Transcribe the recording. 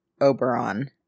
Oberon